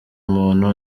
umuntu